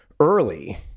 early